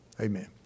Amen